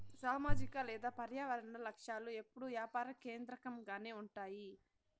సామాజిక లేదా పర్యావరన లక్ష్యాలు ఎప్పుడూ యాపార కేంద్రకంగానే ఉంటాయి